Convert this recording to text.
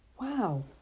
Wow